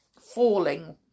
falling